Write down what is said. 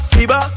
Siba